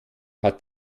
hat